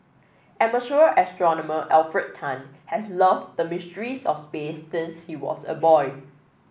amateur astronomer Alfred Tan has loved the mysteries of space since he was a boy